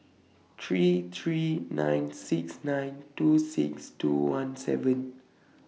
three three nine six nine two six two one seven